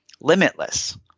limitless